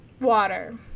water